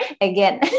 again